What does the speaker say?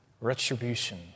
Retribution